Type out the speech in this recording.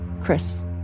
Chris